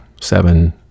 seven